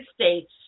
States